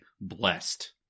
blessed